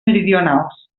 meridionals